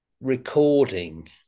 recording